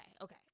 okay